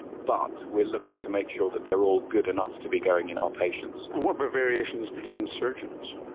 but we are looking to make sure that they are all good enough to be going in our patients. and what about but variations between surgeons?